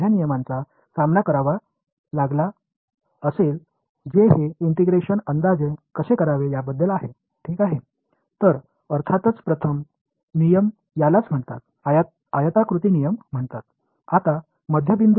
எனவே நிச்சயமாக முதல் விதி ரெக்டாங்கல் ரூல்ஸ் என்று அழைக்கப்படுகிறது இங்கே சில செயல்பாடு இருந்தால் இது மிட்பாய்ண்ட் ரூல் ஆகும்